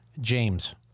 James